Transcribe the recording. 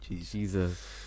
Jesus